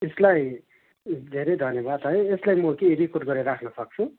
यसलाई धेरै धन्यवाद है यसलाई म के रेकर्ड गरेर राख्नु सक्छु